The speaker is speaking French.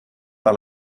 par